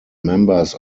members